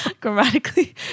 Grammatically